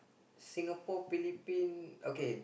Singapore Philippine okay